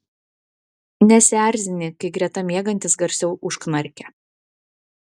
nesierzini kai greta miegantis garsiau užknarkia